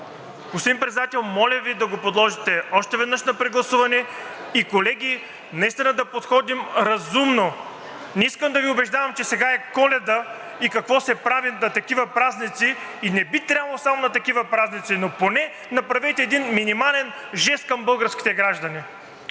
Господин Председател, моля Ви да го подложите още веднъж на прегласуване и колеги, наистина да подходим разумно. Не искам да Ви убеждавам, че сега е Коледа и какво се прави на такива празници, и не би трябвало само на такива празници, но поне направете един минимален жест към българските граждани.